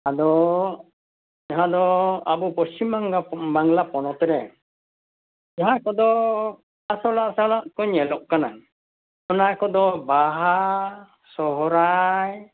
ᱟᱫᱚ ᱡᱟᱦᱟᱸ ᱫᱚ ᱟᱵᱚ ᱯᱚᱥᱪᱷᱤᱢ ᱵᱟᱝᱞᱟ ᱯᱚ ᱵᱟᱝᱞᱟ ᱯᱚᱱᱚᱛᱨᱮ ᱡᱟᱦᱟᱸ ᱠᱚᱫᱚ ᱟᱥᱚᱞ ᱟᱥᱚᱞᱟᱜ ᱠᱚ ᱧᱮᱞᱚᱜ ᱠᱟᱱᱟ ᱚᱱᱟ ᱠᱚᱫᱚ ᱵᱟᱦᱟ ᱥᱚᱦᱚᱨᱟᱭ